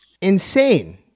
Insane